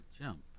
jump